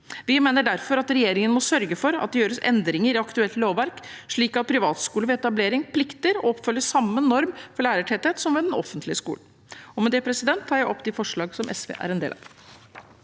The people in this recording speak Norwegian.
Vi mener derfor at regjeringen må sørge for at det gjøres endringer i aktuelt lovverk, slik at privatskoler ved etablering plikter å oppfylle samme normer for lærertetthet som den offentlige skolen. Med det tar jeg opp de forslagene som SV er med på.